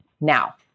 Now